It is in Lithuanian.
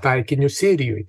taikiniu sirijoj